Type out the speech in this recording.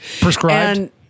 Prescribed